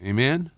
Amen